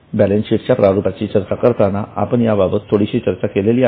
बॅलेन्सशीटच्या प्रारूपाची चर्चा करताना आपण याबाबत थोडीशी चर्चा केलेली आहे